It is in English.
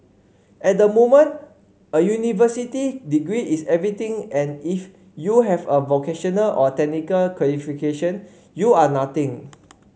at the moment a university degree is everything and if you have a vocational or technical qualification you are nothing